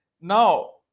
Now